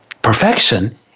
perfection